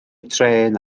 trên